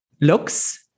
looks